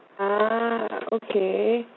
ah okay